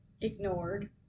ignored